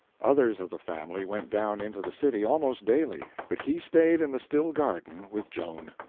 others of the family went down into the city almost daily, but he stayed in the still garden with joan.